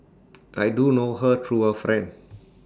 I do know her through A friend